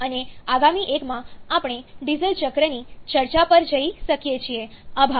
અને આગામી એકમાં આપણે ડીઝલ ચક્રની ચર્ચા પર જઈ શકીએ છીએ આભાર